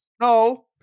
No